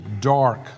dark